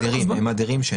הם מדירים שינה.